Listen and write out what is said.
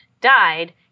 died